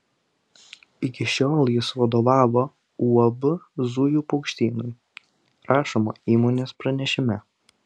iki šiol jis vadovavo uab zujų paukštynui rašoma įmonės pranešime